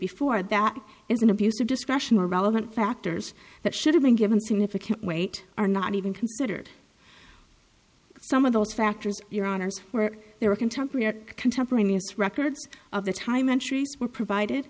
before that is an abuse of discretion or relevant factors that should have been given significant weight are not even considered some of those factors your honour's where there are contemporary contemporaneous records of the time entries were provided